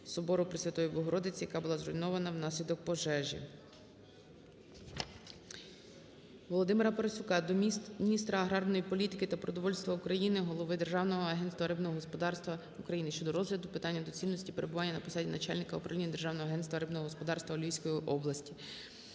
Собору Пресвятої Богородиці, яка була зруйнована внаслідок пожежі. Володимира Парасюка до міністра аграрної політики та продовольства України, голови Державного агентства рибного господарства України щодо розгляду питання доцільності перебування на посаді начальника Управління Державного агентства рибного господарства у Львівській області.